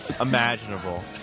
imaginable